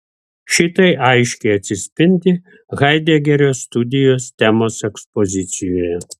šitai aiškiai atsispindi haidegerio studijos temos ekspozicijoje